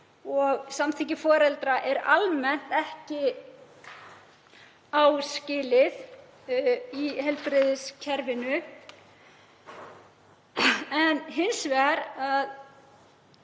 og samþykki foreldra er almennt ekki áskilið í heilbrigðiskerfinu. Þá bendir